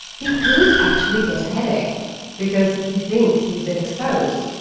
he could actually get a headache because he thinks he's been exposed.